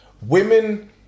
women